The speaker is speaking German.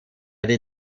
die